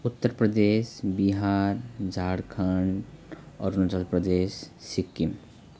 Uttar Pradesh Bihar Jharkhand Arunachal Pradesh Sikkim